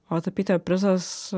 o tapytojo prizas